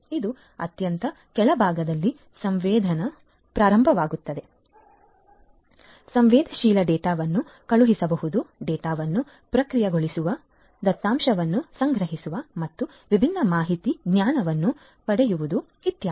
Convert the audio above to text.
ಇದು ಅತ್ಯಂತ ಕೆಳಭಾಗದಲ್ಲಿ ಸಂವೇದನೆಯಿಂದ ಪ್ರಾರಂಭವಾಗುತ್ತದೆ ಸಂವೇದನಾಶೀಲ ಡೇಟಾವನ್ನು ಕಳುಹಿಸುವುದು ಡೇಟಾವನ್ನು ಪ್ರಕ್ರಿಯೆಗೊಳಿಸುವುದು ದತ್ತಾಂಶವನ್ನು ಸಂಗ್ರಹಿಸುವುದು ಮತ್ತು ವಿಭಿನ್ನ ಮಾಹಿತಿ ಜ್ಞಾನವನ್ನು ಪಡೆಯುವುದು ಇತ್ಯಾದಿ